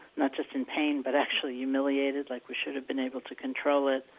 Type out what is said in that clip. not just in pain, but actually humiliated, like we should have been able to control it.